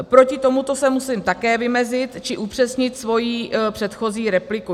Proti tomuto se musím také vymezit, či upřesnit svoji předchozí repliku.